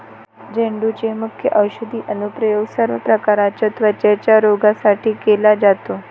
झेंडूचे मुख्य औषधी अनुप्रयोग सर्व प्रकारच्या त्वचेच्या रोगांसाठी केला जातो